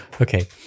Okay